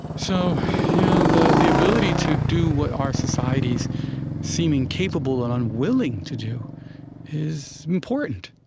so yeah the the ability to do what our societies seem incapable and unwilling to do is important.